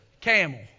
Camel